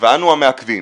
ואנו המעכבים.